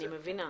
אני מבינה,